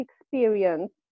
experience